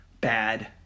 bad